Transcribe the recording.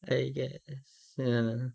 I guess ya